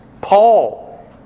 Paul